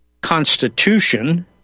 constitution